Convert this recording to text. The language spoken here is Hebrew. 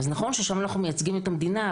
אז נכון ששם אנחנו מייצגים את המדינה,